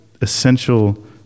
essential